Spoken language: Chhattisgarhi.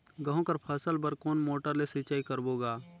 गहूं कर फसल बर कोन मोटर ले सिंचाई करबो गा?